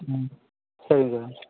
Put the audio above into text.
ம் சரிங்க சார்